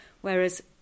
Whereas